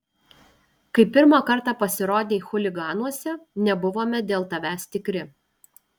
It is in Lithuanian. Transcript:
kai pirmą kartą pasirodei chuliganuose nebuvome dėl tavęs tikri